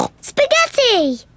Spaghetti